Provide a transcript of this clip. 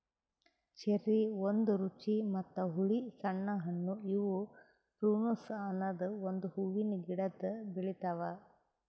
cherry ಒಂದ್ ರುಚಿ ಮತ್ತ ಹುಳಿ ಸಣ್ಣ ಹಣ್ಣು ಇವು ಪ್ರುನುಸ್ ಅನದ್ ಒಂದು ಹೂವಿನ ಗಿಡ್ದಾಗ್ ಬೆಳಿತಾವ್